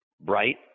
bright